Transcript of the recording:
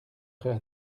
prêts